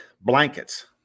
blankets